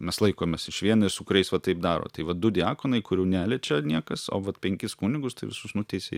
mes laikomės išvien su kuriais va taip daro tai va du diakonai kurių neliečia niekas o vat penkis kunigus tai visus nuteisė